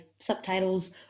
subtitles